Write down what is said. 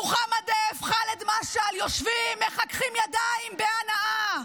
מוחמד דף וחאלד משעל יושבים, מחככים ידיים בהנאה.